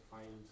find